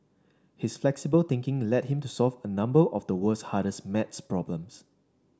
his flexible thinking led him to solve a number of the world's hardest maths problems